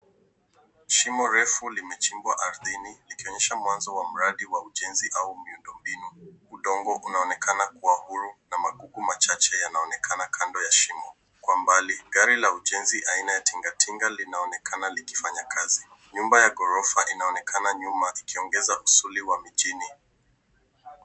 Shimo refu limechimbwa ardhini likionyesha mwanzo wa mradi wa ujenzi au miundombinu. Udongo unaonekana kuwa huru na magugu machache yanaonekana kando ya shimo. Kwa mbali, gari la ujenzi aina ya tingatinga linaonekana likifanya kazi. Nyumba ya ghorofa inaonekana nyuma ikionyesha uzuri wa mijini.